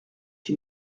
qui